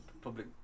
public